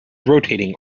rotating